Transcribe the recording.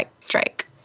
Strike